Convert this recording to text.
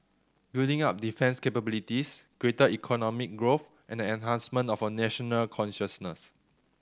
building up defence capabilities greater economic growth and the enhancement of a national consciousness